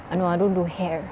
I know I don't do hair